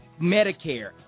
Medicare